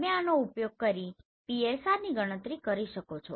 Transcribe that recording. તમે આનો ઉપયોગ કરી PSRની ગણતરી કરી શકો છો